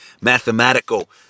mathematical